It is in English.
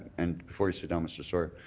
and before you sit down, mr. sawyer,